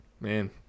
man